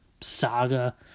saga